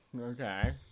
Okay